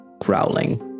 growling